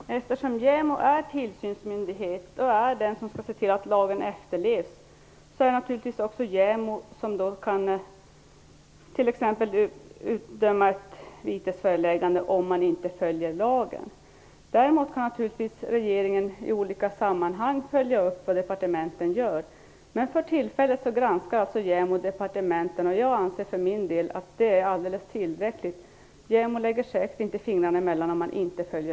Fru talman! Eftersom JämO är tillsynsmyndighet och skall se till att lagen efterlevs, är det naturligtvis också JämO som t.ex. kan utdöma vitesföreläggande om någon inte följer lagen. Däremot kan regeringen i olika sammanhang följa upp vad departementen gör. Men för tillfället granskar JämO departementen, och jag anser för min del att det är alldeles tillräckligt. JämO lägger säkert inte fingrarna emellan om lagen inte följs.